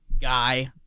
guy